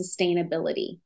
sustainability